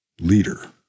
leader